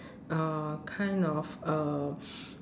uh kind of um